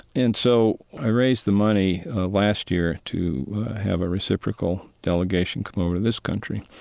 and so i raised the money last year to have a reciprocal delegation come over to this country.